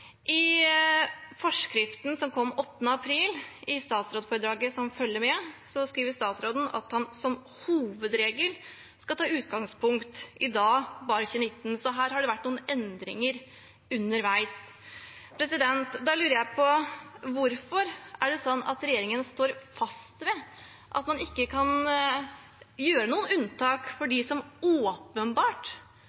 I forskriften som kom 8. april, skriver statsråden i statsrådsforedraget som følger med, at man som hovedregel skal ta utgangspunkt i bare 2019. Her har det vært noen endringer underveis. Da lurer jeg på hvorfor regjeringen står fast ved at man ikke kan gjøre noen unntak for